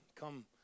come